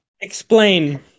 Explain